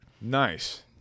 Nice